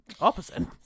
Opposite